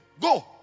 Go